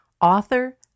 author